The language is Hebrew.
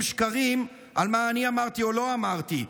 שקרים על מה אני אמרתי או לא אמרתי.